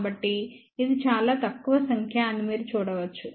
కాబట్టి ఇది చాలా తక్కువ సంఖ్య అని మీరు చూడవచ్చు